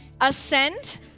ascend